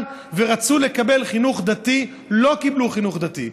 ורצו לקבל חינוך דתי לא קיבלו חינוך דתי.